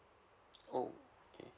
oh okay